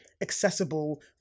accessible